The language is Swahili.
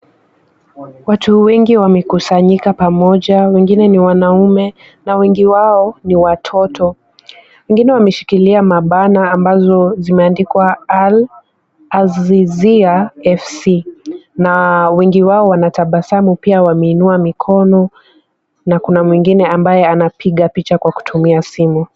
Watu wengi wamekusanyika pamoja wengine ni wanaume na wengi wao ni watoto. Wengine wameshikilia mabana ambazo zimeandikwa Al Azizia FC na wengi wao wanatabasamu pia wameinua mikono na kuna mwingine ambaye anapiga picha kwa kutumia simu.